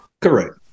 Correct